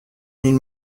nin